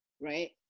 right